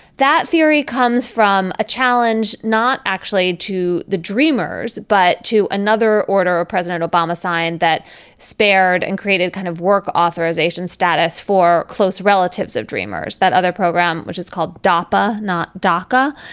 that theory comes from a challenge not actually to the dreamers but to another order president obama signed that spared and created a kind of work authorization status for close relatives of dreamers. that other program which is called dapa not daca.